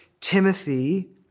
Timothy